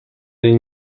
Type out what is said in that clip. این